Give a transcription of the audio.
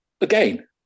again